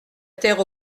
terre